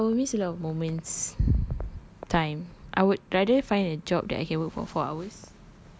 but I will miss a lot of moments time I would rather find a job that I can work for four hours